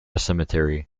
cemetery